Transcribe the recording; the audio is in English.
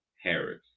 Harris